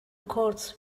courts